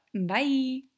Bye